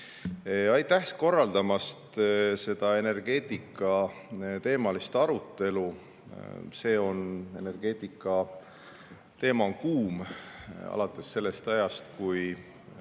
Aitäh korraldamast seda energeetikateemalist arutelu! Energeetika teema on kuum alates sellest ajast –